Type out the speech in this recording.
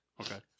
Okay